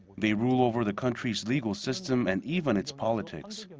they rule over the country's legal system and even its politics.